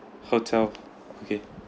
hotel okay